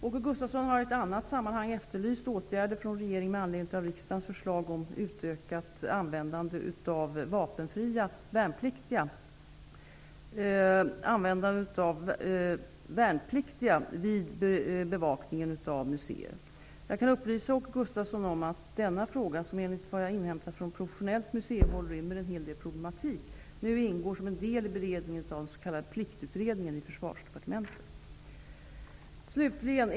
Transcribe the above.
Åke Gustavsson har i ett annat sammanhang efterlyst åtgärder från regeringen med anledning av riksdagens förslag om utökat användande av vapenfria värnpliktiga vid bevakningen av museer. Jag kan upplysa Åke Gustavsson om att denna fråga, som enligt vad jag inhämtat från professionellt museihåll rymmer en hel del problematik, nu ingår som en del i beredningen av den s.k. Pliktutredningen i Försvarsdepartementet.